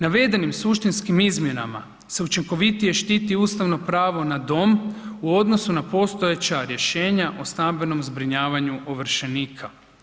Navedenim suštinskim izmjenama se učinkovitije štiti ustavno pravo na dom u odnosu na postojeća rješenja o stambenom zbrinjavanju ovršenika.